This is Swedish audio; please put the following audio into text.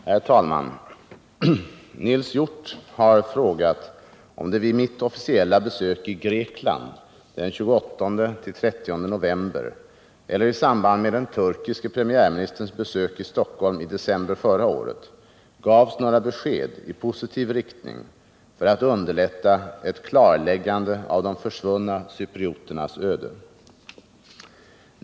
Herr talman! Nils Hjorth har frågat om det vid mitt officiella besök i Grekland den 28-30 november eller i samband med den turkiske premiärministerns besök i Stockholm i december förra året gavs några besked i positiv riktning för att underlätta ett klarläggande av de försvunna cyprioternas öde.